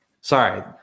sorry